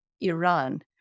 Iran